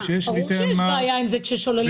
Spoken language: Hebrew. "אמסח דמעת אל-יתים" קיבלה תקציבים ממשלתיים.